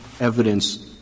evidence-